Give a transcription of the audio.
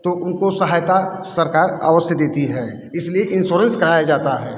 तो उनको सहायता सरकार अवश्य देती है इसलिए इंसोरेंस कराया जाता है